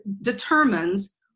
determines